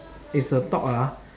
is a thought ah